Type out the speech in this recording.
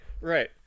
Right